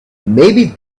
maybe